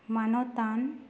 ᱢᱟᱱᱚᱛᱟᱱ